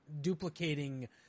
duplicating